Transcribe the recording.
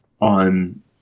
on